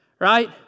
right